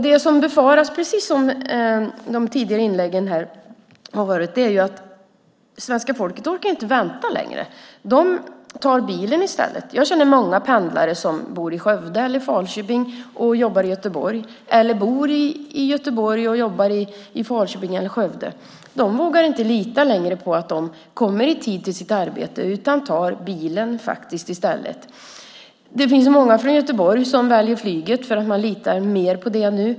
Det som befaras är, precis som har sagts i de tidigare inläggen, att svenska folket inte orkar vänta längre. Man tar bilen i stället. Jag känner många pendlare som bor i Skövde eller Falköping och jobbar i Göteborg eller bor i Göteborg och jobbar i Falköping eller Skövde. De vågar inte längre lita på att de kommer i tid till sitt arbete, utan tar bilen i stället. Det finns många från Göteborg som väljer flyget för att de litar mer på det nu.